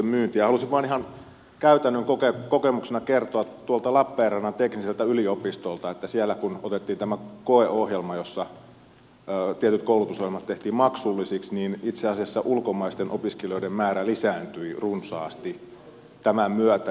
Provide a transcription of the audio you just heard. halusin vain ihan käytännön kokemuksena kertoa tuolta lappeenrannan teknilliseltä yliopistolta että siellä kun otettiin tämä koeohjelma jossa tietyt koulutusohjelmat tehtiin maksullisiksi niin itse asiassa ulkomaisten opiskelijoiden määrä lisääntyi runsaasti tämän myötä